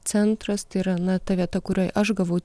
centras tirana ta vieta kurioj aš gavau